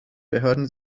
behörden